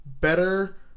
better